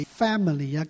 family